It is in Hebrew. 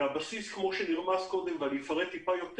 הבסיס, כפי שנרמז קודם, ואפרט קצת יותר